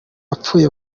apfuye